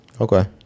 Okay